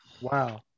Wow